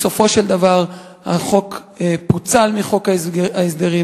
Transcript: בסופו של דבר החוק פוצל מחוק ההסדרים,